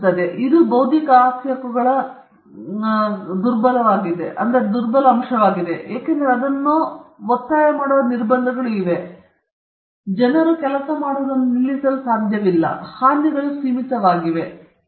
ಮತ್ತೊಮ್ಮೆ ಇದು ಬೌದ್ಧಿಕ ಆಸ್ತಿ ಹಕ್ಕುಗಳ ದುರ್ಬಲವಾಗಿದೆ ಏಕೆಂದರೆ ಅದನ್ನು ಒತ್ತಾಯ ಮಾಡುವ ನಿರ್ಬಂಧಗಳು ಇವೆ ಜನರು ಕೆಲಸ ಮಾಡುವುದನ್ನು ನಿಲ್ಲಿಸಲು ಸಾಧ್ಯವಿಲ್ಲ ಮತ್ತು ನಿಮ್ಮ ಹಾನಿಗಳು ಸೀಮಿತವಾಗಿವೆ ನಾವು ಅದನ್ನು ಪಡೆಯುತ್ತೇವೆ